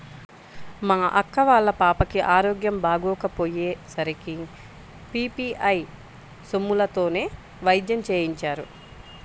మా అక్క వాళ్ళ పాపకి ఆరోగ్యం బాగోకపొయ్యే సరికి పీ.పీ.ఐ సొమ్ములతోనే వైద్యం చేయించారు